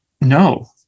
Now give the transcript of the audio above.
No